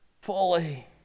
fully